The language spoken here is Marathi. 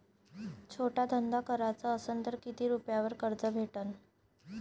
छोटा धंदा कराचा असन तर किती रुप्यावर कर्ज भेटन?